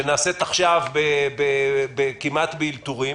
שנעשית עכשיו כמעט באלתורים,